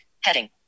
Heading